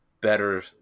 better